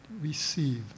receive